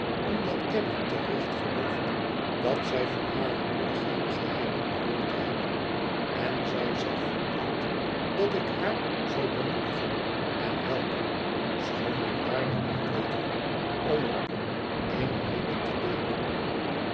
omdat caddy te recht gelooft dat zij voor hare moeder geene geheimen behoort te hebben en zij zich verbeeldt dat ik haar zal bemoedigen en helpen schoon ik waarlijk niet weet hoe om er u een mede te deelen